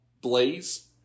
Blaze